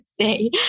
say